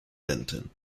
benton